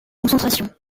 concentration